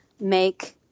make